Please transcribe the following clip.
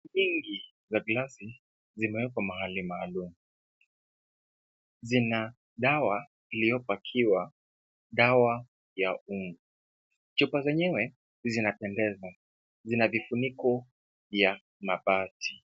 Chupa mingi za glasi zimewekwa mahali maalum. Zina dawa iliyopakiwa, dawa ya unga. Chupa zenyewe zinapendeza. Zina vifuniko vya mabati.